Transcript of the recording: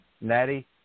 Natty